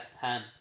ham